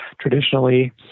traditionally